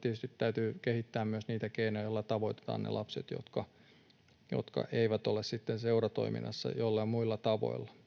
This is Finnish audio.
tietysti täytyy kehittää myös keinoja ja joitain muita tapoja, joilla tavoitetaan ne lapset, jotka eivät ole seuratoiminnassa. Mutta siis